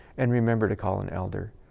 and remember to call an elder.